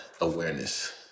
awareness